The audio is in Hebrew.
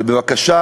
בבקשה